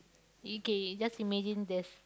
okay just imagine there's